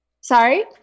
Sorry